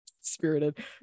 spirited